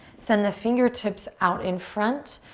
send the fingertips out in front.